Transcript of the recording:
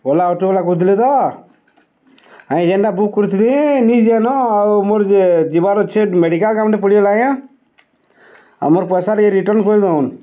ଓଲା ଅଟୋବାଲା କୁହୁଥିଲେ ତ ଆଜ୍ଞା ଜେନ୍ଟା ବୁକ୍ କରିଥିଲି ନି ଯାଏନ ଆଉ ମୋର୍ ଯିବାର୍ ଅଛେ ମେଡ଼ିକାଲ୍ କାମ୍ଟେ ପଡ଼ିଗଲା ଆଜ୍ଞା ଆଉ ମୋର୍ ପଏସା ଟିକେ ରିଟର୍ନ୍ କରିଦଉନ୍